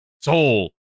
soul